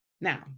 Now